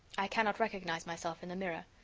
i cannot recognize myself in the mirror.